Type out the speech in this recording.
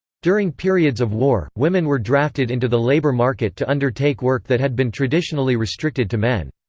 during periods of war, women were drafted into the labor market to undertake work that had been traditionally restricted to men.